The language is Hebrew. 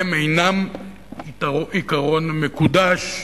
הם אינם עיקרון מקודש,